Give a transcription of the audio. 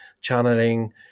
channeling